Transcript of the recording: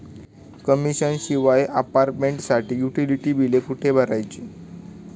Commission शिवाय अपार्टमेंटसाठी utility बिले कुठे भरायची?